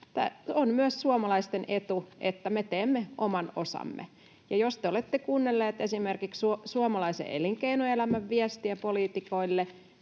On myös suomalaisten etu, että me teemme oman osamme. Jos te olette kuunnelleet esimerkiksi suomalaisen elinkeinoelämän viestiä poliitikoille,